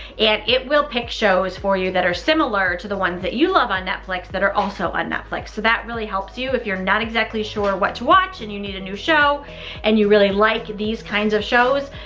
and it will pick shows for you that are similar to the ones that you love on netflix that are also on netflix. so that really helps you if you're not exactly sure what to watch and you need a new show and you really like these kinds of shows,